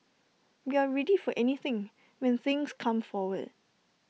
we're ready for anything when things come forward